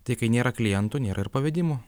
tai kai nėra klientų nėra ir pavedimų